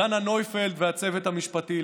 דנה נויפלד והצוות המשפטי,